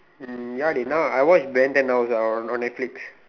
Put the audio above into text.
mm ya they now I watch Ben-ten now also on on netflix